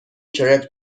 کرپ